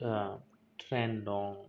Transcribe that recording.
train दं